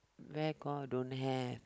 where got don't have